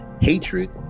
hatred